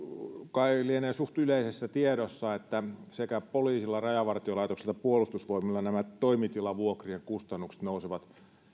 kai lienee suht yleisessä tiedossa että sekä poliisilla rajavartiolaitoksella että puolustusvoimilla nämä toimitilavuokrien kustannukset nousevat